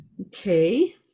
Okay